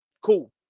cool